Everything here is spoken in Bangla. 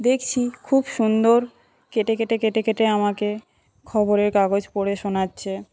দেখছি খুব সুন্দর কেটে কেটে কেটে কেটে আমাকে খবরের কাগজ পড়ে শোনাচ্ছে